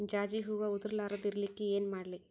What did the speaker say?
ಜಾಜಿ ಹೂವ ಉದರ್ ಲಾರದ ಇರಲಿಕ್ಕಿ ಏನ ಮಾಡ್ಲಿ?